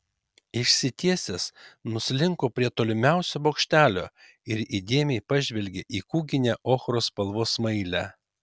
išsitiesęs nuslinko prie tolimiausio bokštelio ir įdėmiai pažvelgė į kūginę ochros spalvos smailę